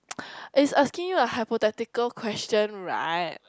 it's asking you a hypothetical question right